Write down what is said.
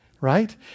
Right